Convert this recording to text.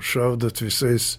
šaudote visais